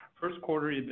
First-quarter